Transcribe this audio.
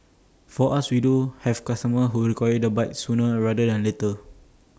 for us we do have customers who require the bike sooner rather than later